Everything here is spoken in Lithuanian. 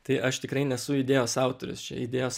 tai aš tikrai nesu idėjos autorius čia idėjos